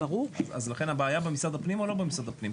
האם הבעיה היא במשרד הפנים או לא במשרד הפנים?